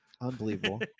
unbelievable